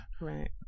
Right